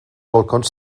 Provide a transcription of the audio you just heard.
balcons